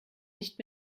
nicht